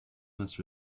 must